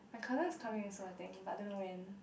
the colour is coming also I think but don't know when